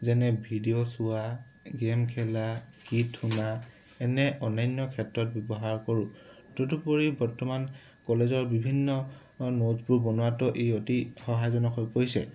যেনে ভিডিঅ' চোৱা গেম খেলা গীত শুনা এনে অন্য়ান্য ক্ষেত্ৰত ব্যৱহাৰ কৰোঁ তদুপৰি বৰ্তমান কলেজৰ বিভিন্ন নোটছবোৰ বনোৱাটো ই অতি সহায়জনক হৈ পৰিছে